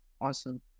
Awesome